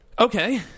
Okay